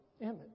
image